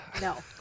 no